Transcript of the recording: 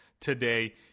today